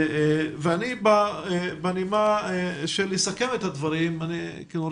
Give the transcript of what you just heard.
אני רוצה לסכם את הדיון.